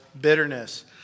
bitterness